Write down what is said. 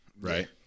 Right